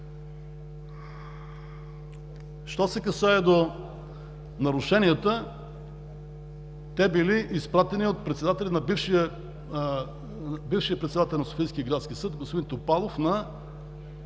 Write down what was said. Що се касае до нарушенията, те били изпратени от бившия председател на Софийски градски съд господин Топалов на